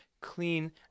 clean